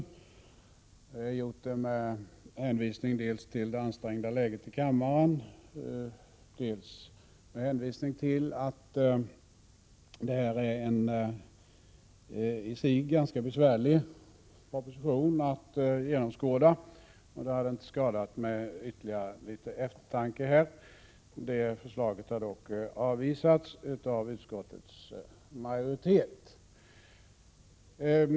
Vi har gjort detta med hänvisning dels till det ansträngda läget i kammararbetet, dels till att detta är en ganska besvärlig proposition att genomskåda. Det hade inte skadat med ytterligare litet eftertanke. Förslaget har dock avvisats av utskottets majoritet.